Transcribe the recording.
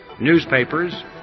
newspapers